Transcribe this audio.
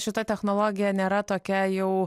šita technologija nėra tokia jau